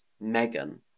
Megan